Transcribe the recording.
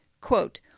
quote